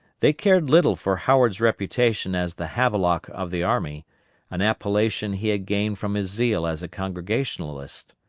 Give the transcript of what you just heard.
they cared little for howard's reputation as the havelock of the army an appellation he had gained from his zeal as a congregationalist.